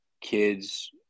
kids